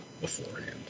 beforehand